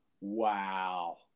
wow